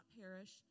perish